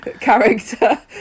character